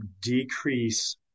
decrease